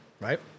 Right